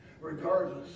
Regardless